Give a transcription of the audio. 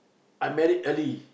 I married early